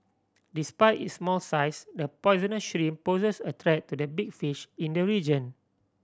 despite its small size the poisonous shrimp poses a threat to the big fish in the region